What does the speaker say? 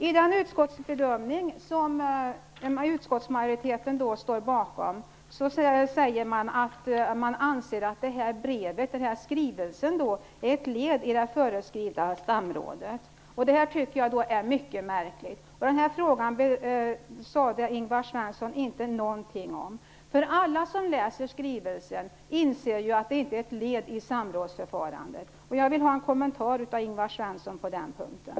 I den utskottsbedömning som utskottsmajoriteten står bakom säger man att man anser att skrivelsen är ett led i det föreskrivna samrådet. Det tycker jag är mycket märkligt. Och denna fråga sade Ingvar Svensson inte någonting om. Alla de som läser denna skrivelse inser ju att det inte är ett led i samrådsförfarandet. Jag vill ha en kommentar av Ingvar Svensson på den punkten.